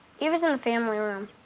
eva's in the family room.